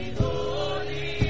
Holy